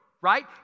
right